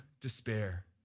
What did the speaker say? despair